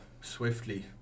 swiftly